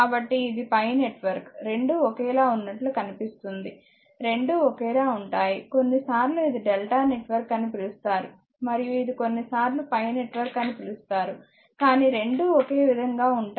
కాబట్టి ఇది pi network రెండూ ఒకేలా ఉన్నట్లు కనిపిస్తోంది రెండూ ఒకేలా ఉంటాయి కొన్నిసార్లు ఇది డెల్టా నెట్వర్క్ అని పిలుస్తారు మరియు ఇది కొన్నిసార్లు పై నెట్వర్క్ అని పిలుస్తారు కానీ రెండూ ఒకే విధంగా ఉంటాయి